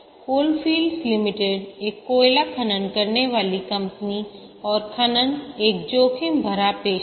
coalfields limited एक कोयला खनन करने वाली कंपनी और खनन एक जोखिम भरा पेशा है